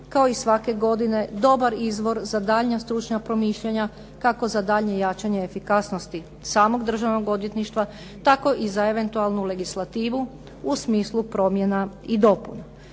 kao i svake godine dobar izvor za daljnja stručna promišljanja kako i za daljnje jačanje efikasnosti samog državnog odvjetništva tako i za eventualnu legislativu u smislu promjena i dopuna.